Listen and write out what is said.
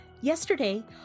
Yesterday